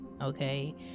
okay